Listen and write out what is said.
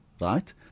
right